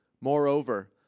Moreover